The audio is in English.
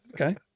Okay